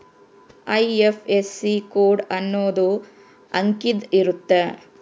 IFSC code ಅನ್ನೊಂದ್ ಅಂಕಿದ್ ಇರುತ್ತ